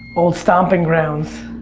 old stomping grounds.